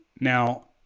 Now